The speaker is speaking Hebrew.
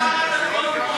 אה, סליחה, שר הדתות פה.